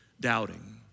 doubting